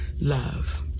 love